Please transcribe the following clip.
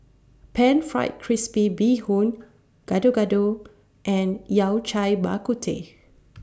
Pan Fried Crispy Bee Hoon Gado Gado and Yao Cai Bak Kut Teh